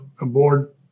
aboard